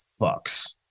fucks